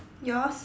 yours